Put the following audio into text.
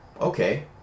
okay